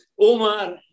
Omar